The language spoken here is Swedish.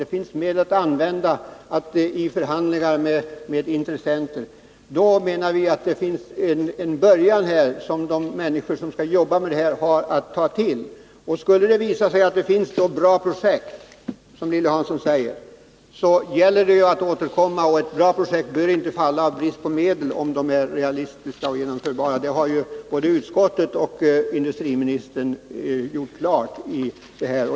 Det finns medel att använda i förhandlingar med intressenter. Då menar vi att de människor som skall jobba med detta har något att börja med. Skulle det visa sig att det finns så bra projekt som Lilly Hansson säger gäller det ju att återkomma. Ett bra projekt bör inte falla av brist på medel om det är realistiskt och genomförbart. Det har både utskottet och industriministern gjort klart.